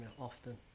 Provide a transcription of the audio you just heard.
often